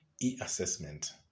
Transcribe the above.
e-assessment